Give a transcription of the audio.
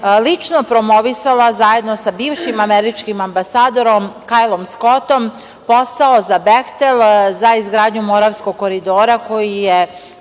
lično promovisala, zajedno sa bivšim američkim ambasadorom, Kajlom Skotom, posao za "Behtel" za izgradnju Moravskog koridora koji je